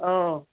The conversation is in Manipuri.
ꯑꯥꯎ